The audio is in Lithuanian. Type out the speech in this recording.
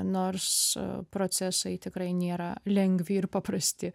nors procesai tikrai nėra lengvi ir paprasti